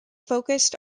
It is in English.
focused